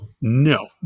No